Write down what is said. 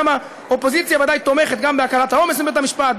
גם האופוזיציה ודאי תומכת גם בהקלת העומס בבית-המשפט,